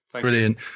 Brilliant